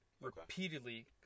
Repeatedly